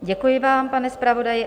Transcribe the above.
Děkuji vám, pane zpravodaji.